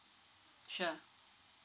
sure